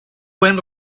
buen